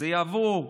זה יעבור,